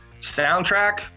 Soundtrack